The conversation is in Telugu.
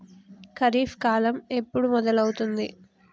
ఖరీఫ్ కాలం ఎప్పుడు మొదలవుతుంది?